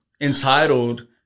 entitled